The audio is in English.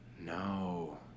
No